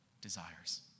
desires